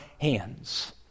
hands